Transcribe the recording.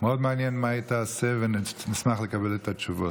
מאוד מעניין מה היא תעשה, ונשמח לקבל את התשובות.